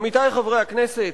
עמיתי חברי הכנסת,